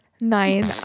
nine